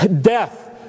death